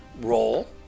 role